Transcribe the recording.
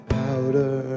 powder